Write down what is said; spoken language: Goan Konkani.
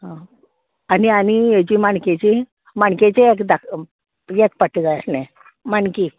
आं आनी आनी हेजी माणकेची माणकेची एक धाक एक पाटें जाय आसलें माणकी